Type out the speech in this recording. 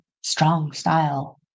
strong-style